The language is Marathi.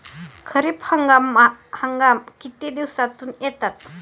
खरीप हंगाम किती दिवसातून येतात?